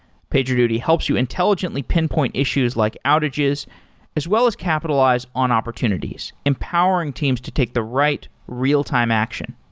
pagerduty helps you intelligently pinpoint issues like outages as well as capitalize on opportunities empowering teams to take the right real-time action.